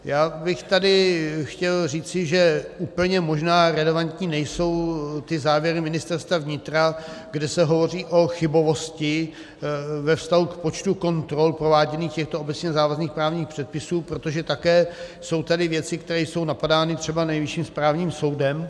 Chtěl bych tady říci, že úplně možná relevantní nejsou ty závěry Ministerstva vnitra, kde se hovoří o chybovosti ve vztahu k počtu kontrol prováděných u těchto obecně závazných předpisů, protože také jsou tady věci, které jsou napadány třeba Nejvyšším správním soudem.